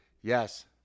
Yes